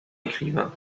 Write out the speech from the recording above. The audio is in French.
écrivain